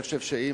אני חושב,